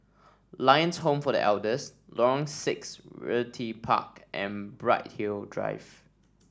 Lions Home for The Elders Lorong Six Realty Park and Bright Hill Drive